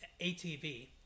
atv